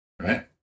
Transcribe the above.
Right